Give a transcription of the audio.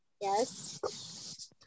Yes